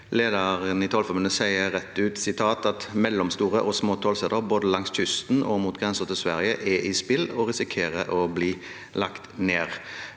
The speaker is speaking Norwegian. Lederen i Tollerforbundet sier rett ut: «Mellomstore og små tollsteder både langs kysten og mot grensen til Sverige er i spill og risikerer å bli lagt ned».